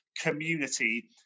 community